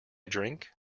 drink